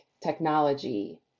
technology